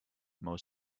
more